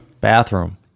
bathroom